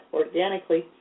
organically